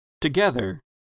together